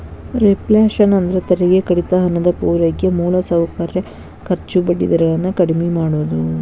reflation ಅಂದ್ರ ತೆರಿಗೆ ಕಡಿತ ಹಣದ ಪೂರೈಕೆ ಮೂಲಸೌಕರ್ಯ ಖರ್ಚು ಬಡ್ಡಿ ದರ ಗಳನ್ನ ಕಡ್ಮಿ ಮಾಡುದು